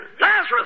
Lazarus